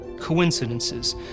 Coincidences